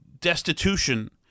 destitution